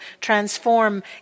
transform